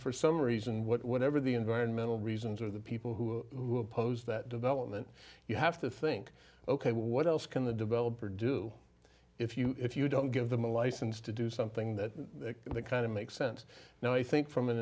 for some reason whatever the environmental reasons are the people who who oppose that development you have to think ok what else can the developer do if you if you don't give them a license to do something that kind of makes sense now i think from an